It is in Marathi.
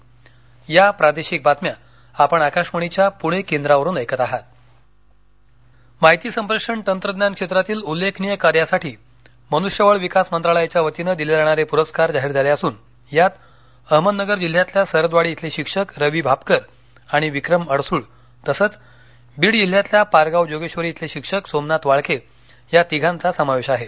आयसीटी प्रस्कार अहमदनगर माहिती संप्रेषण तंत्रज्ञान क्षेत्रातील उल्लेखनीय कार्यासाठी मनुष्यबळ विकास मंत्रालयाच्यावतीनं दिले जाणारे प्रस्कार जाहीर झाले असून यात अहमदनगर जिल्ह्यातल्या सरदवाडी खिले शिक्षक रवी भापकर आणि विक्रम अडसूळ तसंच बीड जिल्ह्यातल्या पारगाव जोगेश्वरी खेले शिक्षक सोमनाथ वाळके या तिघांचा समावेश आहे